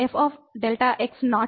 కాబట్టి ఈ fΔx0